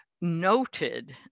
noted